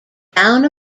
down